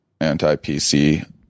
anti-PC